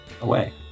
away